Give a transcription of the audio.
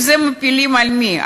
ואת זה מפילים על מי?